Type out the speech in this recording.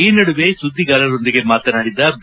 ಈ ನಡುವೆ ಸುದ್ದಿಗಾರರೊಂದಿಗೆ ಮಾತನಾಡಿದ ಬಿ